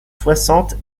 soixante